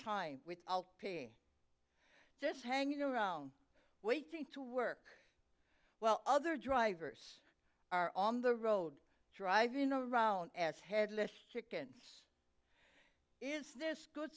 time without paying just hanging around waiting to work well other drivers are on the road driving around as headless chickens is this good